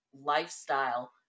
lifestyle